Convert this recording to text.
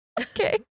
Okay